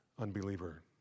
unbeliever